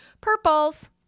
Purples